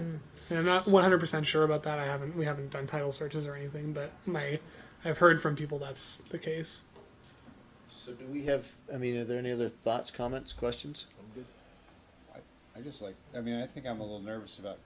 i'm not one hundred percent sure about that i haven't we haven't done title searches or anything but you might have heard from people that's the case so do we have i mean are there any other thoughts comments questions just like i mean i think i'm a little nervous about